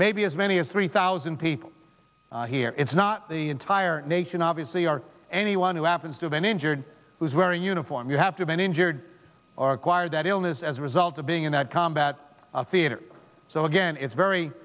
maybe as many as three thousand people here it's not the entire nation obviously or anyone who happens to have been injured who's wearing a uniform you have to been injured or acquired that illness as a result of being in that combat theater so again it's very